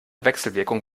wechselwirkung